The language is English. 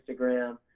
Instagram